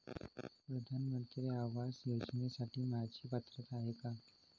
प्रधानमंत्री आवास योजनेसाठी माझी पात्रता आहे का?